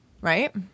right